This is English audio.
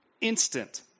instant